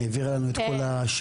היא העבירה לנו את כל השאלות.